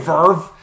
Verve